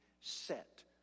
set